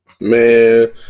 Man